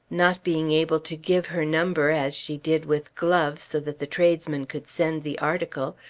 not being able to give her number as she did with gloves, so that the tradesmen could send the article,